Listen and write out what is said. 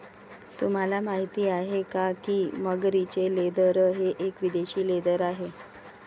तुम्हाला माहिती आहे का की मगरीचे लेदर हे एक विदेशी लेदर आहे